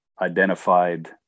identified